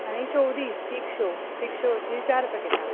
आनी शेव दी तीख शेव तीख शेवाची चार पॅकेटां